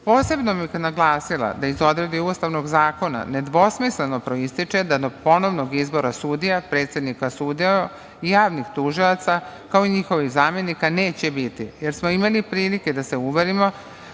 Srbiji. Posebno bih naglasila da iz odredbi ustavnog zakona nedvosmisleno proističe da do ponovnog izbora sudija, predsednika sudova i javnih tužilaca, kao i njihovih zamenika neće biti, jer smo imali prilike da se uverimo